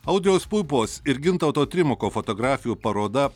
audriaus puipos ir gintauto trimako fotografijų paroda